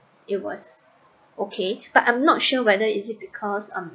it was okay but I'm not sure whether is it because um